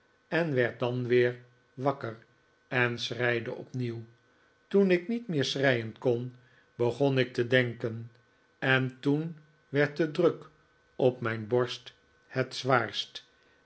en werd dan weer wakker en schreide opnieuw toen ik niet ik ve'rlaat salem house meer schreien kon begon ik te denken en toen werd de druk op mijn borst het zwaarst